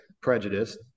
prejudiced